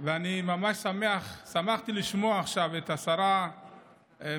אני ממש שמחתי לשמוע עכשיו את השרה מרב